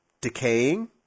decaying